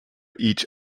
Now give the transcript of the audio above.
each